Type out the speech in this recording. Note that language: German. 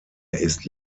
ist